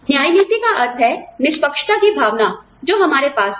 न्याय नीति का अर्थ है निष्पक्षता की भावना जो हमारे पास है